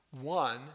one